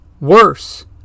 worse